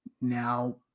Now